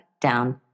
down